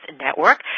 Network